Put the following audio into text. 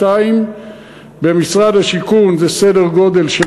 200. במשרד השיכון זה סדר גודל של